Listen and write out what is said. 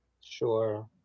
Sure